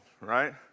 right